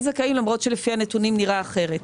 כן זכאים למרות שלפי הנתונים נראה אחרת.